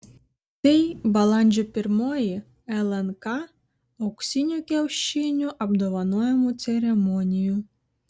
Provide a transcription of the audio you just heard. tai balandžio pirmoji lnk auksinių kiaušinių apdovanojimų ceremonija